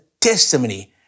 testimony